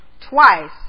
Twice